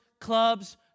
clubs